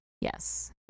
Yes